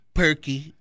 perky